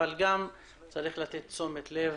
אבל גם צריך לתת תשומת לב